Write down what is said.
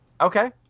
Okay